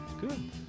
good